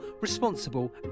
responsible